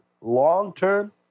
long-term